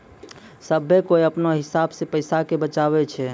सभ्भे कोय अपनो हिसाब से पैसा के बचाबै छै